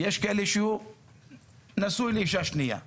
יש מי שנשוי לאישה שנייה בירדן.